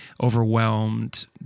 overwhelmed